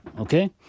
okay